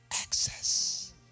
access